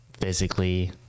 physically